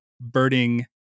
birding